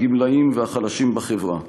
הגמלאים והחלשים בחברה.